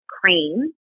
cream